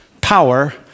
power